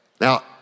Now